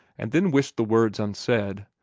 and then wished the words unsaid,